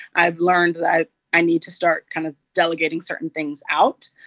i've learned that i need to start kind of delegating certain things out.